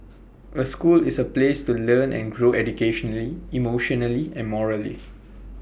A school is A place to learn and grow educationally emotionally and morally